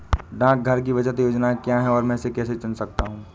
डाकघर की बचत योजनाएँ क्या हैं और मैं इसे कैसे चुन सकता हूँ?